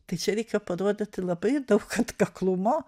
tai čia reikėjo parodyti labai daug atkaklumo